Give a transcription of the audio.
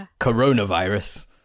coronavirus